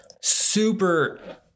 Super